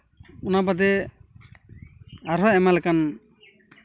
ᱚᱱᱟ ᱵᱟᱫᱮ ᱟᱨᱦᱚᱸ ᱮᱢᱟᱱ ᱞᱮᱠᱟᱱ